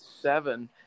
seven